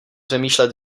vymýšlet